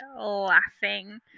laughing